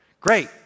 Great